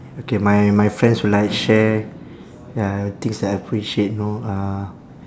okay my my friends will like share ya things that I appreciate know uh